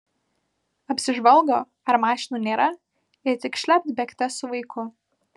apsižvalgo ar mašinų nėra ir tik šlept bėgte su vaiku